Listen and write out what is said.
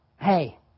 hey